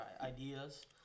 ideas